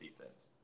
defense